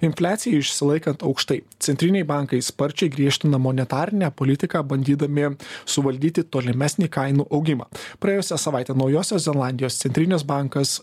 infliacijai išsilaikant aukštai centriniai bankai sparčiai griežtina monetarinę politiką bandydami suvaldyti tolimesnį kainų augimą praėjusią savaitę naujosios zelandijos centrinis bankas